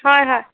হয় হয়